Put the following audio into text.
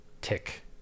tick